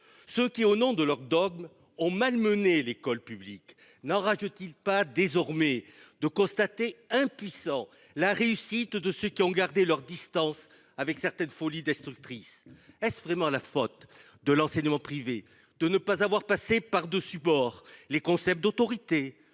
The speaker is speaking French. Ceux qui, au nom de leur dogme, ont malmené l’école publique n’enragent ils pas désormais de constater, impuissants, la réussite de ceux qui ont gardé leurs distances avec certaines folies destructrices ? Est ce vraiment la faute de l’enseignement privé s’il n’a pas passé par dessus bord les concepts d’autorité,